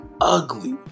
ugly